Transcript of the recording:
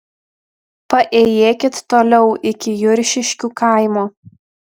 paėjėkit toliau iki juršiškių kaimo